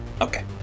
okay